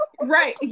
Right